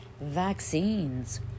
vaccines